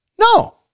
no